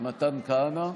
מתן כהנא.